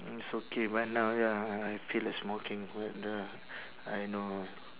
it's okay man now ya I I feel like smoking ya ya I know